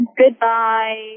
goodbye